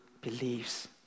believes